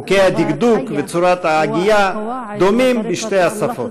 חוקי הדקדוק וצורת ההגייה דומים בשתי השפות.